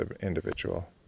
individual